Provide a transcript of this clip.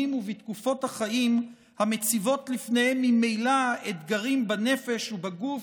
ובתקופות החיים המציבות בפניהם ממילא אתגרים בנפש ובגוף,